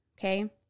Okay